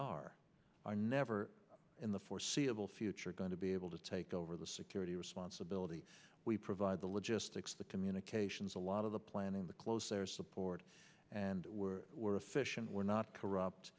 are are never in the foreseeable future going to be able to take over the security responsibility we provide the logistics the communications a lot of the planning the close air support and we're deficient we're not corrupt